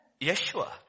Yeshua